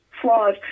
flaws